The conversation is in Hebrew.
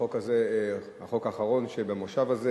החוק הזה החוק האחרון שבמושב הזה.